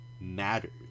matters